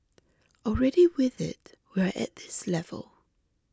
already with it we are at this level